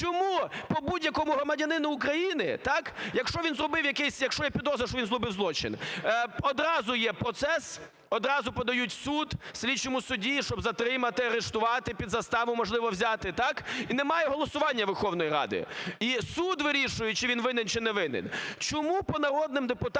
Чому по будь-якому громадянину України, так, якщо він зробив якесь, якщо є підозра, що він зробив злочин, одразу є процес, одразу подають в суд слідчому судді, щоб затримати, арештувати, під заставу можливо взяти, так, і немає голосування Верховної Ради? І суд вирішує чи він винен, чи не винен. Чому по народним депутатам